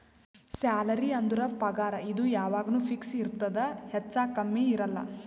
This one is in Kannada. ಸ್ಯಾಲರಿ ಅಂದುರ್ ಪಗಾರ್ ಇದು ಯಾವಾಗ್ನು ಫಿಕ್ಸ್ ಇರ್ತುದ್ ಹೆಚ್ಚಾ ಕಮ್ಮಿ ಇರಲ್ಲ